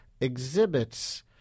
exhibits